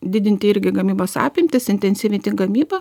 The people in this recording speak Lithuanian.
didinti irgi gamybos apimtis intensyvnt gamybą